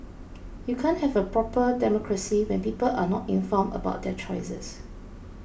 you can't have a proper democracy when people are not informed about their choices